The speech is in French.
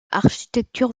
architecture